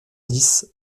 dix